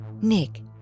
Nick